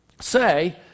say